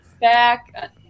back